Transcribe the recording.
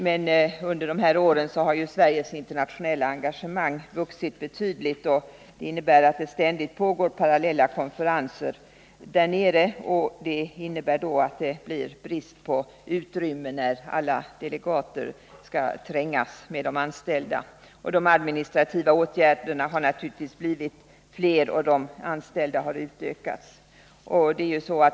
Men under dessa år har Sveriges internationella engagemang vuxit betydligt, och det pågår ständigt parallella konferenser där nere. Det innebär att det blir brist på utrymme när alla delegater skall trängas med de anställda. De administrativa åtgärderna har naturligtvis blivit fler, och . antalet anställda har utökats.